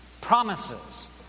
promises